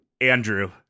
Andrew